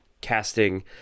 casting